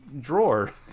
drawer